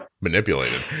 manipulated